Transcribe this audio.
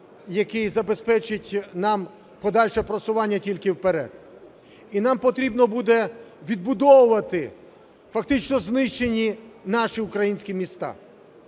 який забезпечить нам подальше просування тільки вперед, і нам потрібно буде відбудовувати фактично знищені наші українські міста.